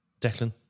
Declan